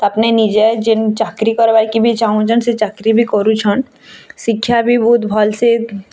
ତାପରେ ନିଜର୍ ଯେନ୍ ଚାକିର୍ କରବାର୍ କେ ବି ଚାଁହୁଛନ୍ ସେ ଚାକିର୍ ବି କରୁଛନ୍ ଶିକ୍ଷା ବି ବହୁତ ଭଲ୍ସେ